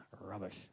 rubbish